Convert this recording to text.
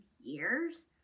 years